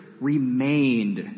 remained